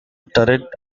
turret